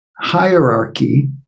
hierarchy